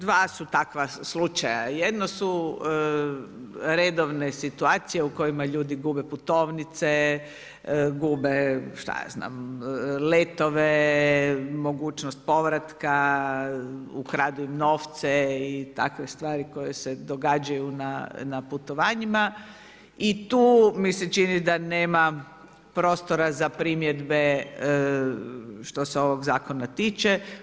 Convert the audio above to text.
Dva su takva slučaja, jedno su redovne situacije u kojima ljudi gube putovnice, gube letove, mogućnost povratka, ukradu im novce i takve stvari koje se događaju na putovanjima i tu mi se čini da nema prostora za primjedbe što se ovog zakona tiče.